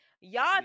Y'all